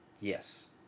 Yes